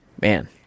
man